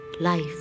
life